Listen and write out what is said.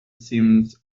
seems